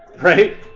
Right